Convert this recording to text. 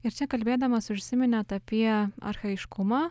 ir čia kalbėdamas užsiminėt apie archajiškumą